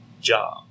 job